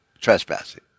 trespassing